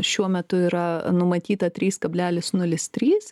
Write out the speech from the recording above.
šiuo metu yra numatyta trys kablelis nulis trys